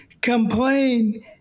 complain